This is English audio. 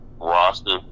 roster